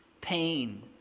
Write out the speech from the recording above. pain